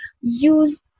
use